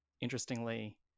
Interestingly